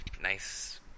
nice